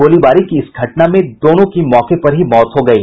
गोलीबारी की इस घटना में दोनों की मौके पर ही मौत हो गयी